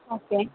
okay